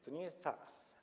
To nie jest tak.